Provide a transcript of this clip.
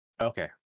Okay